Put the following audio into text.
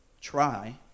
try